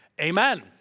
Amen